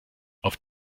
auf